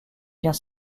vient